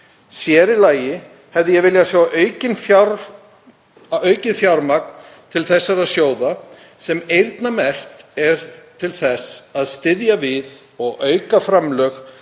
Sér í lagi hefði ég viljað sjá aukið fjármagn til þessara sjóða eyrnamerkt til þess að styðja við og auka framlög